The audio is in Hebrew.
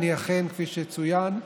אכן, כפי שצוין,